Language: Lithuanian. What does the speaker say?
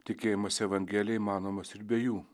tikėjimas evangelija įmanomas ir be jų